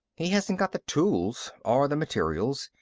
he hasn't got the tools or the materials.